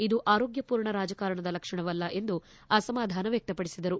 ಇದು ಆರೋಗ್ಯ ಮೂರ್ಣ ರಾಜಕಾರಣದ ಲಕ್ಷಣವಲ್ಲ ಎಂದು ಅಸಮಾಧಾನ ವ್ಯಕ್ತಪಡಿಸಿದರು